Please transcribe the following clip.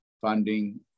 funding